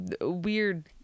weird